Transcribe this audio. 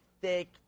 thick